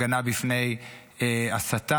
הגנה מפני הסתה,